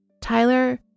Tyler